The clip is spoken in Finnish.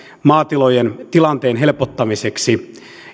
maatilojen tilanteen helpottamiseksi